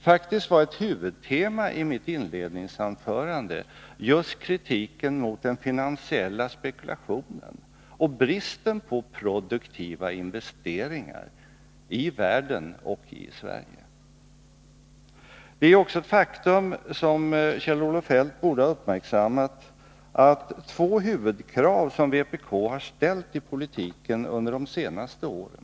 Faktiskt var ett huvudtema i mitt inledningsanförande just kritiken mot den finansiella spekulationen och bristen på produktiva investeringar i världen och i Sverige. Det är också ett faktum som Kjell-Olof Feldt borde ha uppmärksammat, att vpk har ställt två huvudkrav i politiken under de senaste åren.